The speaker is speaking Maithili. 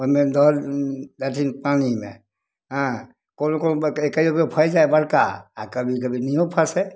ओहिमे दऽ देथिन पानिमे हॅं कोन कोन कहियो कहियो फैस जाइ बड़का आ कभी कभी नहियो फँसै